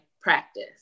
practice